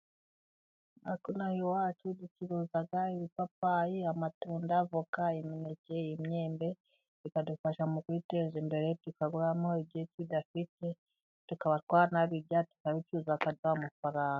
Hakuno iwacu ducuruza ibipapayi, amatunda, avoka, imineke, imyembe, bikadufasha mu kwiteza imbere, tukaguramo ibyo tudafite tukaba twanabirya tukabicuruza bakaduha amafaranga.